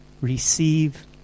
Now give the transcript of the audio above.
Receive